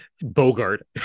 Bogart